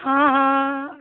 हँ हँ